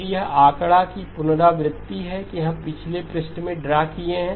फिर यह आंकड़ा की पुनरावृत्ति है कि हम पिछले पृष्ठ में ड्रा किए हैं